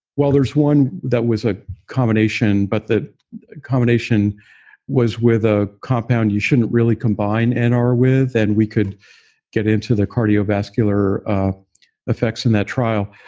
well there's one that was a combination, but the combination was with a compound you shouldn't really combine and nr with. and we could get into the cardiovascular effects in that trial,